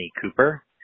Cooper